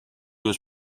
was